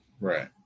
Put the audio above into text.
right